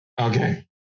Okay